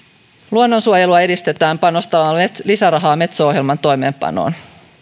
luonnonsuojelua edistetään panostamalla lisärahaa metso ohjelman toimeenpanoon